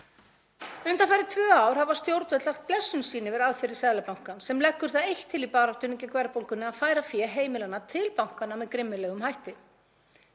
Undanfarin tvö ár hafa stjórnvöld lagt blessun sína yfir aðferðir Seðlabankans sem leggur það eitt til í baráttunni gegn verðbólgunni að færa fé heimilanna til bankanna með grimmilegum hætti.